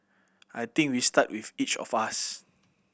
I think we start with each of us